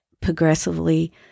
progressively